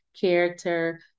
character